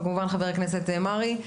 וכמובן חבר הכנסת מרעי.